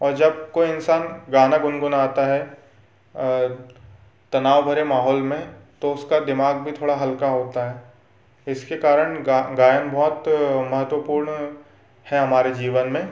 और जब कोई इंसान गाना गुनगुनाता है तनाव भरे माहौल में तो उसका दिमाग भी थोड़ा हल्का होता है इसके कारण गायन बहुत महत्वपूर्ण है हमारे जीवन में